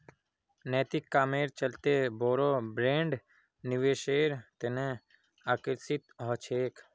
नैतिक कामेर चलते बोरो ब्रैंड निवेशेर तने आकर्षित ह छेक